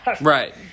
Right